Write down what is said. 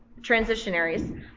transitionaries